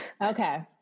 okay